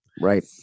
Right